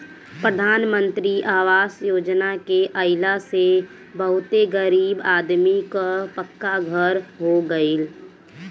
प्रधान मंत्री आवास योजना के आइला से बहुते गरीब आदमी कअ पक्का घर हो गइल